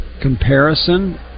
comparison